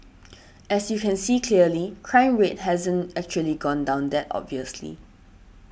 as you can see clearly crime rate hasn't actually gone down that obviously